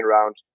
round